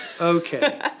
Okay